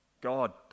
God